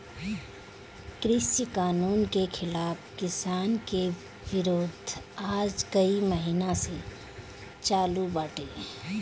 कृषि कानून के खिलाफ़ किसान के विरोध आज कई महिना से चालू बाटे